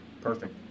Perfect